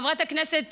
חברת הכנסת